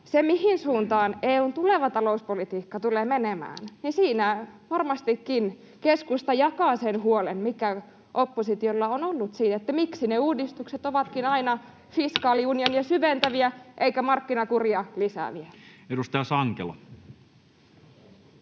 Siinä, mihin suuntaan EU:n tuleva talouspolitiikka tulee menemään, varmastikin keskusta jakaa sen huolen, mikä oppositiolla on ollut siitä, miksi ne uudistukset ovatkin aina fiskaaliunionia syventäviä eivätkä markkinakuria lisääviä. [Speech